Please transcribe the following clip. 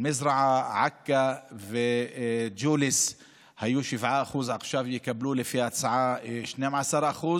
עכא וג'וליס היו 7%, עכשיו יקבלו לפי ההצעה 12%;